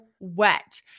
wet